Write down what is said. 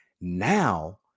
Now